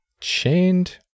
chained